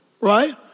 right